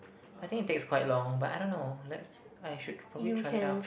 but I think it takes quite long but I don't know let's I should probably try it out